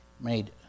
made